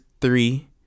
three